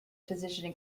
physician